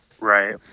Right